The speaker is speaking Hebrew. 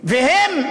והם,